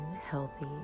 healthy